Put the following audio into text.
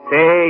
Say